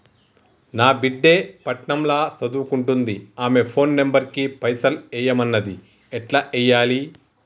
నా బిడ్డే పట్నం ల సదువుకుంటుంది ఆమె ఫోన్ నంబర్ కి పైసల్ ఎయ్యమన్నది ఎట్ల ఎయ్యాలి?